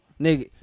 Nigga